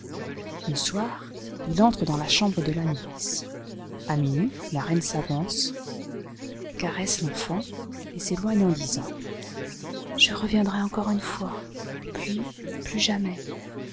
le soir il entre dans la chambre de la nourrice a minuit la reine s'avance caresse l'enfant et s'éloigne en disant fe je reviendrai encore une fois puis pms jamais